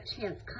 chance